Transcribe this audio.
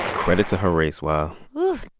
credit to her race. wow whew.